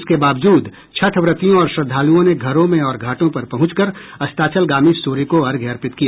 इसके बावजूद छठ व्रतियों और श्रद्वालुओं ने घरों में और घाटों पर पहुंचकर अस्ताचलगामी सूर्य को अर्घ्य अर्पित किया